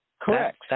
Correct